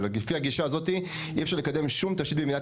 אבל לפי הגישה הזאת אי אפשר לקדם שום תשתית במדינת